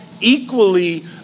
equally